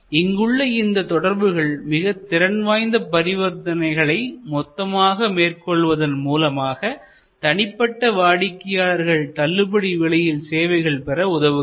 இங்குள்ள இந்த தொடர்புகள் மிக திறன்வாய்ந்த பரிவர்த்தனைகளை மொத்தமாக மேற்கொள்வதன் மூலமாக தனிப்பட்ட வாடிக்கையாளர்கள் தள்ளுபடி விலையில் சேவைகள் பெற உதவுகிறது